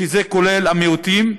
שזה כולל המיעוטים,